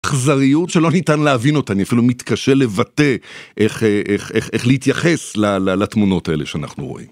אכזריות שלא ניתן להבין אותה, אני אפילו מתקשה לבטא איך להתייחס לתמונות האלה שאנחנו רואים.